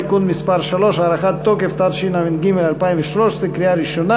(תיקון מס' 15), התשע"ג 2013, אושרה בקריאה ראשונה